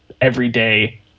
everyday